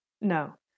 No